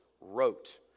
wrote